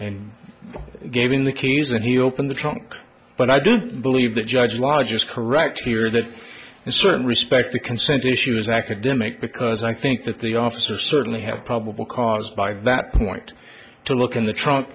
and gave him the keys and he opened the trunk but i do believe the judge largest correct here that in certain respects the consent issue is academic because i think that the officer certainly have probable cause by that point to look in the trunk